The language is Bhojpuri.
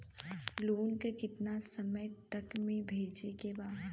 लोन के कितना समय तक मे भरे के बा?